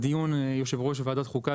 בדיון שהיה בוועדת חוקה,